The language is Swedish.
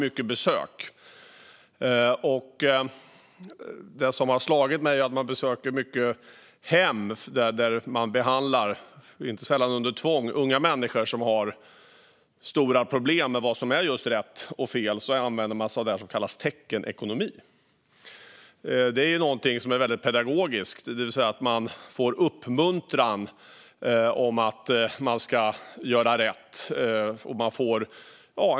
Det som har slagit mig när det gäller besök på många hem där man, inte sällan under tvång, behandlar unga människor som har stora problem med just vad som är rätt och fel är att man använder sig av det som kallas teckenekonomi. Det är något som är väldigt pedagogiskt, det vill säga de unga får uppmuntran att göra rätt.